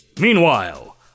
Meanwhile